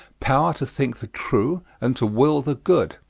power to think the true and to will the good,